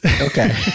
Okay